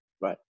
Right